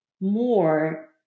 more